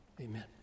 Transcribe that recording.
Amen